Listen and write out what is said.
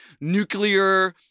nuclear